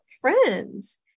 friends